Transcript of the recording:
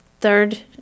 third